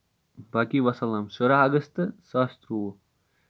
باقٕے وَسلام شُرہ اَگستہٕ زٕ ساس ترٛۆوُہ